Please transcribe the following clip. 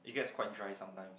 it gets quite dry sometimes